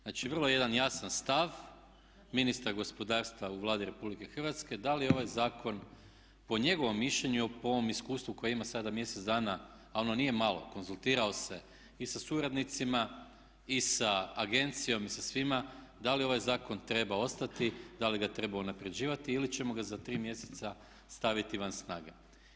Znači, vrlo jedan jasan stav ministra gospodarstva u Vladi RH da li ovaj zakon po njegovom mišljenju i po ovom iskustvu koje ima sada mjesec dana, a ono nije malo, konzultirao se i sa suradnicima i sa agencijom i sa svima, da li ovaj zakon treba ostati, da li ga treba unaprjeđivati ili ćemo ga za 3 mjeseca staviti van snage.